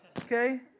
okay